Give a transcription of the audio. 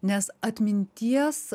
nes atminties